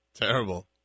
Terrible